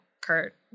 Kurt